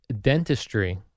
dentistry